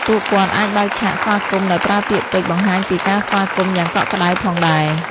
ពួកគាត់អាចបើកឆាកស្វាគមន៍ ដោយប្រើពាក្យពេចន៍បង្ហាញពីការស្វាគមន៍យ៉ាងកក់ក្ដៅផងដែរ។